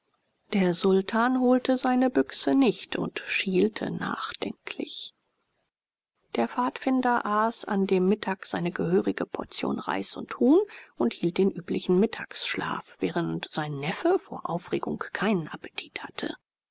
der sultan holte seine büchse nicht und schielte nachdenklich der pfadfinder aß an dem mittag seine gehörige ration reis und huhn und hielt den üblichen mittagsschlaf während sein neffe vor aufregung keinen appetit hatte